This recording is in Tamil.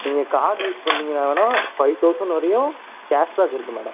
நீங்கள் கார்டு யூஸ் பண்ணிங்க வேணா ஃபைவ் தௌசண்ட் வரையும் கேஷ்பேக் இருக்கு மேடம்